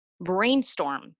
brainstorm